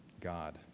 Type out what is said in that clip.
God